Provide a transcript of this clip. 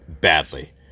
badly